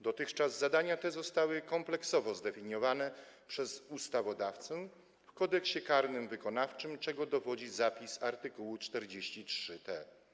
Dotychczas zadania te zostały kompleksowo zdefiniowane przez ustawodawcę w Kodeksie karnym wykonawczym, czego dowodzi zapis art. 43t.